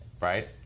right